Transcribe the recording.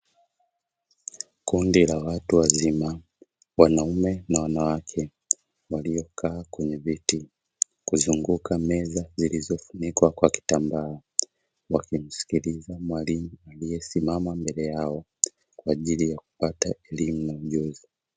Kundi la watu wazima wanaume na wanawake, waliokaa kwenye viti kuzunguka meza zilizofunikwa kwa kitambaa; wakimsikiliza mwalimu aliyesimama mbele yao kwa ajili ya kupata elimu na ujuzi.